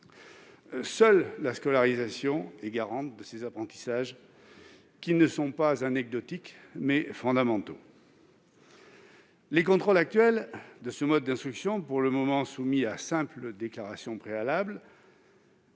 Seule la scolarisation est garante de ces apprentissages qui, loin d'être anecdotiques, sont fondamentaux. Les contrôles de ce mode d'instruction, actuellement soumis à simple déclaration préalable,